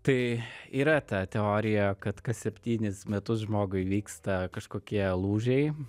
tai yra ta teorija kad kas septynis metus žmogui vyksta kažkokie lūžiai